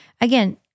again